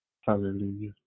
Hallelujah